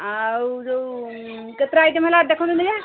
ଆଉ ଯେଉଁ କେତେଟା ଆଇଟମ୍ ହେଲା ଦେଖନ୍ତୁ ଟିକେ